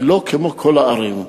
היא לא כמו כל הערים,